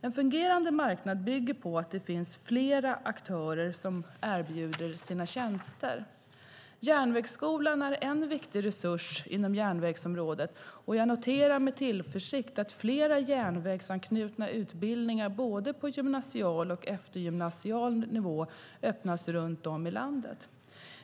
En fungerande marknad bygger på att det finns flera aktörer som erbjuder sina tjänster. Järnvägsskolan är en viktig resurs inom järnvägsområdet, och jag noterar med tillförsikt att flera järnvägsanknutna utbildningar på både gymnasial och eftergymnasial nivå öppnas runt om i landet.